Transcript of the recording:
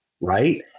Right